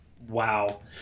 Wow